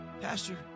Pastor